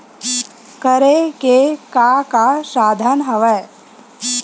करे के का का साधन हवय?